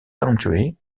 country